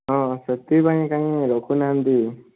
ହଁ ସେଥିପାଇଁ କାଇଁ ରଖୁନାହାନ୍ତି